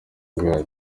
bwayo